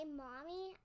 mommy